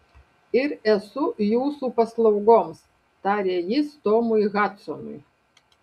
ir esu jūsų paslaugoms tarė jis tomui hadsonui